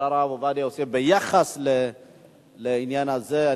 הרב עובדיה יוסף ביחס לעניין הזה.